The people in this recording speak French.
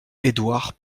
édouard